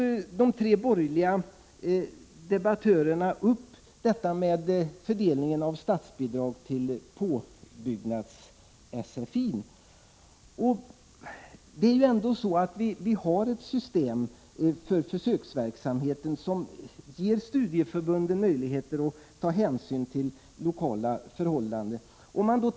De tre borgerliga debattörerna tog upp fördelningen av statsbidrag till påbyggnads-sfi. Vi har ju ett system för försöksverksamheten som ger studieförbunden möjligheter att ta hänsyn till lokala förhållanden.